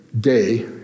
day